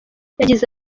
yagize